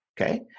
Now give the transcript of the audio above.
Okay